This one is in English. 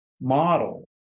model